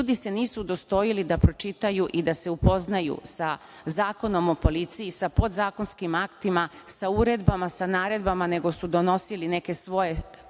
ljudi se nisu udostojili da pročitaju i da se upoznaju sa Zakonom o policiji, sa podzakonskim aktima, sa uredbama, sa naredbama, nego su donosili neke svoje